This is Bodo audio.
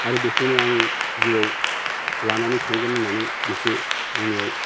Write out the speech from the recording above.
आरो बेखौनो आं जिउआव लानानै थांगोन होननानै मोनसे आंनियाव